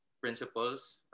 principles